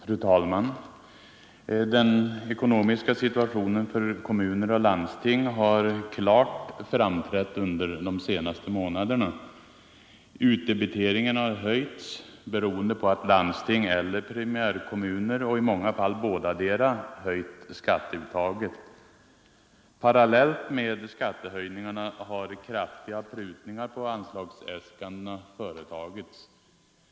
Fru talman! Den ekonomiska situationen för kommuner och landsting har klart framträtt under de senaste månaderna. Utdebiteringen har höjts beroende på att landsting eller primärkommuner och i många fall bådadera höjt skatteuttaget. Parallellt med skattehöjningarna har kraftiga prutningar på anslagsäskandena företagits.